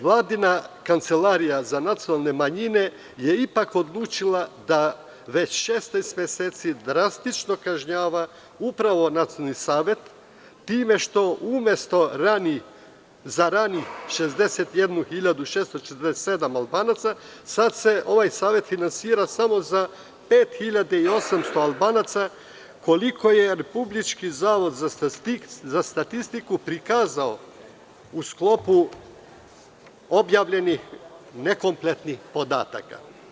Vladina Kancelarija za nacionalne manjine je odlučila da drastično kažnjava Nacionalni savet, time što umesto za 61.647 Albanaca ovaj savet finansira samo za 5.800 Albanaca, koliko je Republički zavod za statistiku prikazao u sklopu objavljenih nekompletnih podataka.